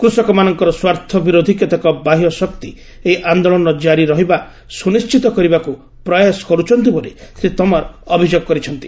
କୃଷକମାନଙ୍କର ସ୍ୱାର୍ଥ ବିରୋଧୀ କେତେକ ବାହ୍ୟଶକ୍ତି ଏହି ଆନ୍ଦୋଳନ କାରି ରହିବା ସ୍ତନିଶ୍ଚିତ କରିବାକୁ ପ୍ରୟାସ କରୁଛନ୍ତି ବୋଲି ଶ୍ରୀ ତୋମର ଅଭିଯୋଗ କରିଛନ୍ତି